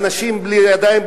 אנשים בלי ידיים,